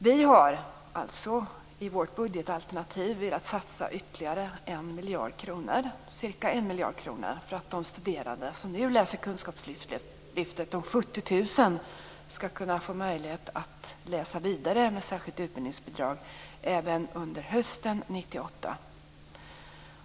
Vi har i vårt budgetalternativ velat satsa ytterligare ca 1 miljard kronor för att de 70 000 som nu finns i kunskapslyftet skall få läsa vidare med särskilt utbildningsbidrag under hösten 1998.